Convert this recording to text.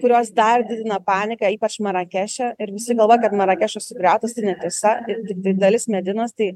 kurios dar didina paniką ypač marakeše ir visi galvoja kad marakešas sugriautas tai netiesa ir tiktai dalis medinos tai